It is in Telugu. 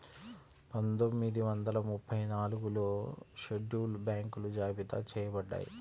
పందొమ్మిది వందల ముప్పై నాలుగులో షెడ్యూల్డ్ బ్యాంకులు జాబితా చెయ్యబడ్డాయి